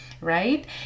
right